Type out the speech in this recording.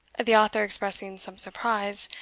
the author expressing some surprise,